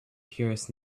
puris